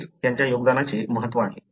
हेच त्यांच्या योगदानाचे महत्त्व आहे